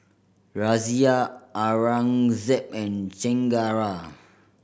Razia Aurangzeb and Chengara